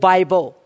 Bible